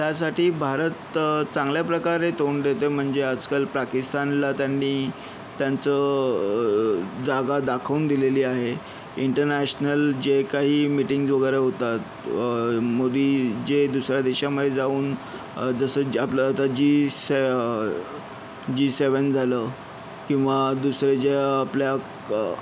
त्यासाठी भारत चांगल्या प्रकारे तोंड देतो आहे म्हणजे आज काल पाकिस्तानला त्यांनी त्यांचं जागा दाखवून दिलेली आहे इंटरनॅशनल जे काही मीटिंग्ज वगैरे होतात मोदी जे दुसऱ्या देशामध्ये जाऊन जसं आपलं आता जी जी सेवन झालं किंवा दुसरे जे आपल्या